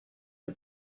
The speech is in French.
une